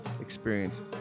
Experience